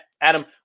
Adam